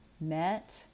met